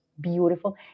beautiful